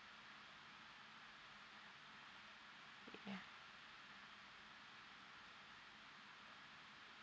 ya